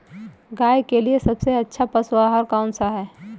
गाय के लिए सबसे अच्छा पशु आहार कौन सा है?